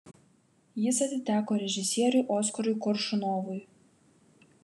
jis atiteko režisieriui oskarui koršunovui